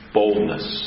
boldness